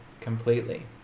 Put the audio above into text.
completely